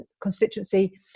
constituency